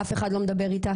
אף אחד לא מדבר איתך.